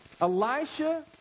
Elisha